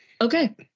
okay